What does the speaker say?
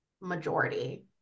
majority